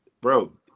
bro